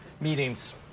meetings